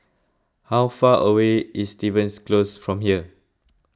how far away is Stevens Close from here